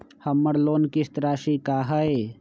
हमर लोन किस्त राशि का हई?